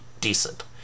decent